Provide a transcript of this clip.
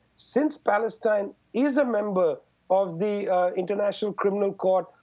since palestine is a member of the international criminal court,